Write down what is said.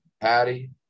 Patty